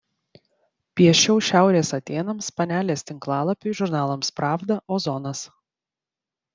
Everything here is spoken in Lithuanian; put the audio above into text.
piešiau šiaurės atėnams panelės tinklalapiui žurnalams pravda ozonas